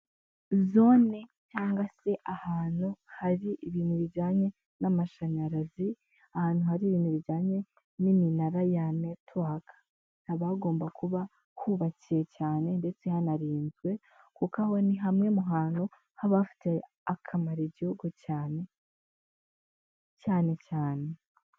Zone cyangwa se ahantu hari ibintu bijyanye n'amashanyarazi, ahantu hari ibintu bijyanye n'iminara ya netiwaka, haba hagomba kuba hubakiye cyane ndetse hanarinzwe kuko aho ni hamwe mu hantu haba hafitiye akamaro igihugu cyane cyane cyane.